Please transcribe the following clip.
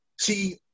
See